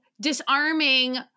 disarming